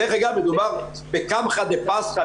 דרך אגב מדובר בקמחא דפסחא,